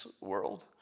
world